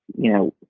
you know,